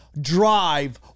drive